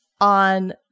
on